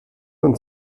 und